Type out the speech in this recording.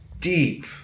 Deep